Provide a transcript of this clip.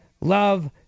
love